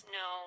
no